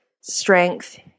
strength